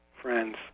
friends